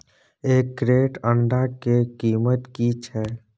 एक क्रेट अंडा के कीमत की छै?